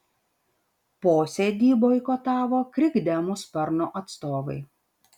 posėdį boikotavo krikdemų sparno atstovai